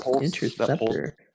Interceptor